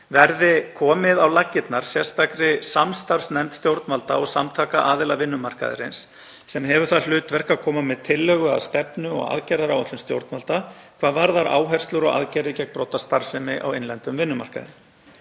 verði komið á laggirnar sérstakri samstarfsnefnd stjórnvalda og samtaka aðila vinnumarkaðarins sem hefur það hlutverk að koma með tillögu að stefnu og aðgerðaáætlun stjórnvalda hvað varðar áherslur og aðgerðir gegn brotastarfsemi á innlendum vinnumarkaði.